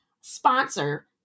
sponsor